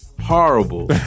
horrible